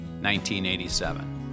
1987